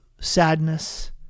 sadness